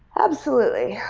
absolutely.